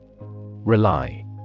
RELY